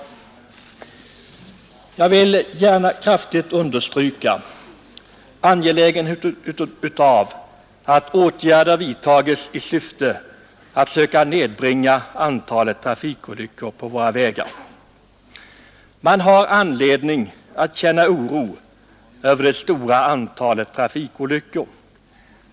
Jag vill kraftigt understryka angelägenheten av att åtgärder vidtas i syfte att söka nedbringa antalet trafikolyckor på våra vägar. Man har anledning att känna oro över det stora antalet trafikolyckor.